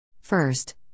First